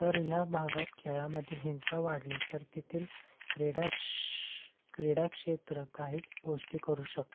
तर ह्या भागात खेळामधील हिंसा वाढली तर तेथील क्रीडाश क्रीडाक्षेत्र काही गोष्टी करू शकतात